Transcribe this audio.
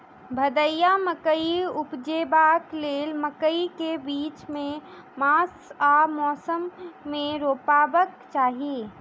भदैया मकई उपजेबाक लेल मकई केँ बीज केँ मास आ मौसम मे रोपबाक चाहि?